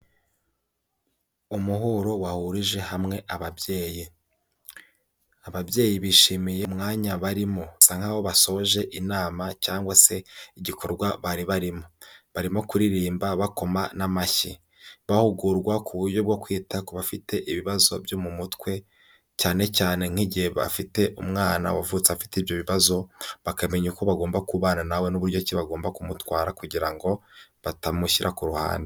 Umuhuro wahurije hamwe ababyeyi. Ababyeyi bishimiye umwanya barimo. Bisa nkaho basoje inama cyangwa se igikorwa bari barimo. Barimo kuririmba bakoma n'amashyi. Bahugurwa ku buryo bwo kwita ku bafite ibibazo byo mu mutwe. Cyane cyane nk'igihe bafite umwana wavutse afite ibyo bibazo, bakamenya uko bagomba kubana na we n'uburyo ki bagomba kumutwara kugira ngo batamushyira ku ruhande.